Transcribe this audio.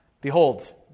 Behold